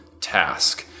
task